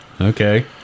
Okay